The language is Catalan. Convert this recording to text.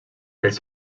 els